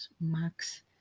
Max